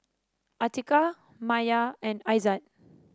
Atiqah Maya and Aizat